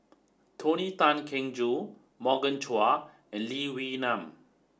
Tony Tan Keng Joo Morgan Chua and Lee Wee Nam